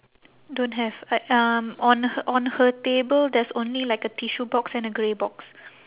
don't have like um on h~ on her table there's only like a tissue box and a grey box